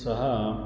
सः